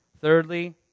Thirdly